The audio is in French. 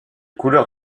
couleurs